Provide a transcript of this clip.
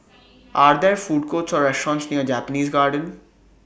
Are There Food Courts Or restaurants near Japanese Garden